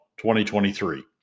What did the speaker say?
2023